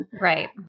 Right